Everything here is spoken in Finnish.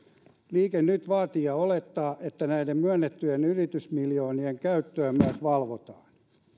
liike nyt vaatii ja olettaa että näiden myönnettyjen yritystukimiljoonien käyttöä myös valvotaan